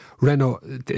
Renault